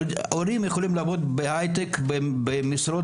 ההורים יכולים לעבוד בהיי-טק במשרות